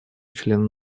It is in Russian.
члена